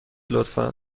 لطفا